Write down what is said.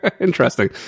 Interesting